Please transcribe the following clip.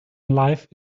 life